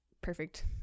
perfect